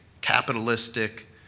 capitalistic